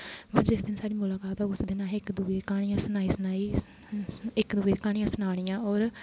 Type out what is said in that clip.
में जिस दिन साढ़ी मुलाकात होग उस दिन असें इक दुए गी क्हानियां सनाई सनाई इक दुए गी क्हानियां सनानियां होर